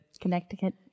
Connecticut